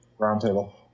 roundtable